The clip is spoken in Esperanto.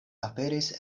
aperis